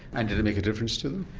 and did it make a difference to them?